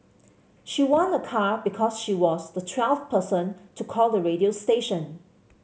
she won a car because she was the twelfth person to call the radio station